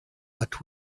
but